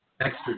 Extra